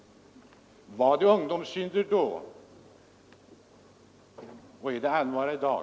Var det ungdomssynder då och är det allvar i dag?